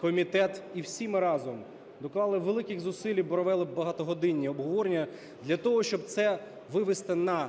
комітет і всі ми разом доклали великих зусиль і провели багатогодинні обговорення для того, щоб це вивести на